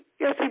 Yes